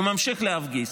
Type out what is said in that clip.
הוא ממשיך להפגיז.